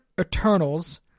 Eternals